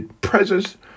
presence